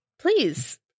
Please